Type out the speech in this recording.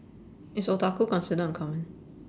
is otaku considered uncommon